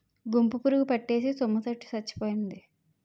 గుంపు పురుగు పట్టేసి తుమ్మ చెట్టు సచ్చిపోయింది